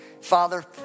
Father